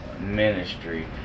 ministry